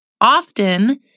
Often